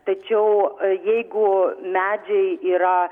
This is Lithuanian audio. tačiau jeigu medžiai yra